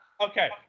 okay